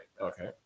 Okay